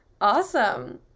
Awesome